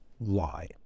lie